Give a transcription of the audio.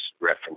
reference